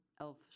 elf